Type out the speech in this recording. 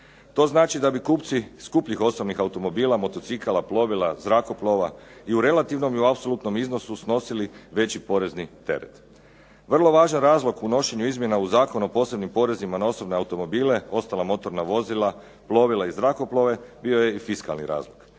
To znači da bi kupci skupljih osobnih automobila, motocikala, plovila i zrakoplova i u relativnom i u apsolutnom iznosu snosili veći porezni teret. Vrlo važan razlog u nošenju izmjena u Zakonu o posebnim porezima na automobile, ostala motorna vozila, plovila i zrakoplove bio je i fiskalni razlog.